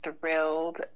thrilled